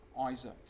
Isaac